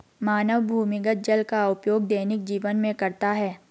मानव भूमिगत जल का उपयोग दैनिक जीवन में करता है